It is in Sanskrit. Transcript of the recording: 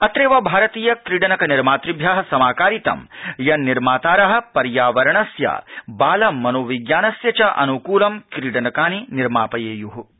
अत्रैव भारतीयक्रीडननिर्मातृभ्य समाकारितं यत् निर्मातार पर्यावरणस्य बालमनोविज्ञानस्य च अनुकूलं क्रीडनकानि निर्मापयेयु इति